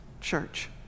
church